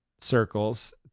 circles